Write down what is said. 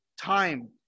time